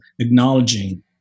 acknowledging